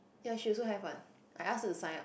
ya she also have what I ask her to sign up